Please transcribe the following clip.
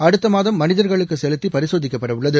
அடுத்த மாதம் மனிதர்களுக்கு செலுத்தி பரிசோதிக்கப்படவுள்ளது